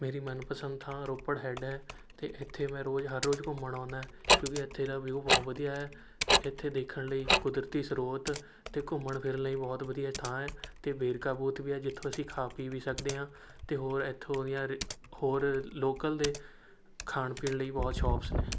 ਮੇਰੀ ਮਨਪਸੰਦ ਥਾਂ ਰੋਪੜ ਹੈੱਡ ਹੈ ਅਤੇ ਇੱਥੇ ਮੈਂ ਰੋਜ਼ ਹਰ ਰੋਜ਼ ਘੁੰਮਣ ਆਉਂਦਾ ਕਿਉਂਕਿ ਇੱਥੇ ਦਾ ਵੀਊ ਬਹੁਤ ਵਧੀਆ ਹੈ ਅਤੇ ਇੱਥੇ ਦੇਖਣ ਲਈ ਕੁਦਰਤੀ ਸਰੋਤ ਅਤੇ ਘੁੰਮਣ ਫਿਰਨ ਲਈ ਬਹੁਤ ਵਧੀਆ ਥਾਂ ਹੈ ਅਤੇ ਵੇਰਕਾ ਬੂਥ ਵੀ ਆ ਜਿੱਥੋਂ ਅਸੀਂ ਖਾ ਪੀ ਵੀ ਸਕਦੇ ਹਾਂ ਅਤੇ ਹੋਰ ਇੱਥੋਂ ਦੀਆਂ ਰ ਹੋਰ ਲੋਕਲ ਦੇ ਖਾਣ ਪੀਣ ਲਈ ਬਹੁਤ ਸ਼ੋਪਸ ਨੇ